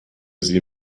sie